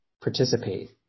participate